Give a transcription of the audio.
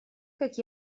как